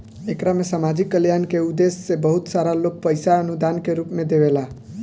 एकरा में सामाजिक कल्याण के उद्देश्य से बहुत सारा लोग पईसा अनुदान के रूप में देवेला